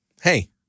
Hey